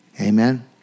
Amen